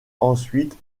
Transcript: ensuite